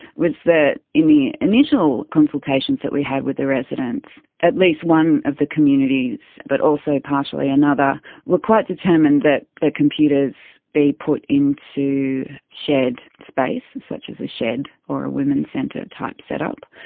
was that in the initial consultations that we had with the residents, at least one of the communities but also partially another were quite determined that the computers be put into shared space, such as a shed or a women's centre type set-up.